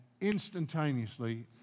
instantaneously